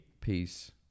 Peace